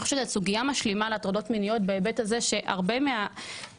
זאת סוגיה משלימה לעניין הטרדות מיניות כי בהרבה עדויות